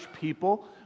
people